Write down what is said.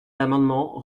amendement